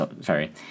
Sorry